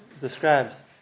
describes